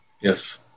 Yes